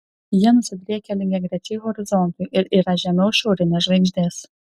jie nusidriekę lygiagrečiai horizontui ir yra žemiau šiaurinės žvaigždės